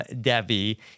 Debbie